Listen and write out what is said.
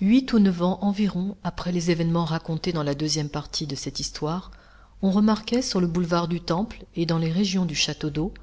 huit ou neuf ans environ après les évènements racontés dans la deuxième partie de cette histoire on remarquait sur le boulevard du temple et dans les régions du château-d'eau